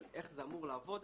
של איך זה אמור לעבוד,